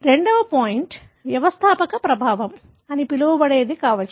రెండవ పాయింట్ వ్యవస్థాపక ప్రభావం అని పిలవబడేది కావచ్చు